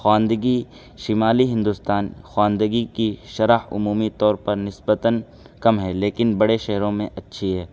خواندگی شمالی ہندوستان خواندگی کی شرح عمومی طور پر نسبتاً کم ہے لیکن بڑے شہروں میں اچھی ہے